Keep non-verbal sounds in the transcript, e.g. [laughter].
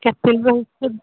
କେତେ [unintelligible]